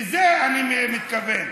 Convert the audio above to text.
לזה אני מתכוון.